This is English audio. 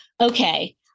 okay